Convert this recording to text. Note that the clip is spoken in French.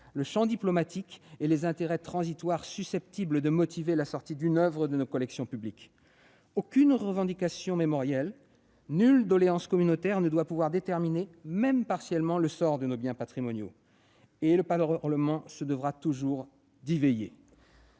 le champ diplomatique et les intérêts transitoires susceptibles de motiver la sortie d'une oeuvre de nos collections publiques. Aucune revendication mémorielle, nulle doléance communautaire ne doit déterminer, même partiellement, le sort de nos biens patrimoniaux. Le Parlement se devra toujours d'y veiller.